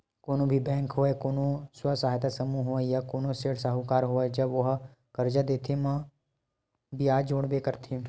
कोनो भी बेंक होवय कोनो स्व सहायता समूह होवय या कोनो सेठ साहूकार होवय जब ओहा करजा देथे म बियाज जोड़बे करथे